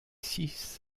six